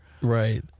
Right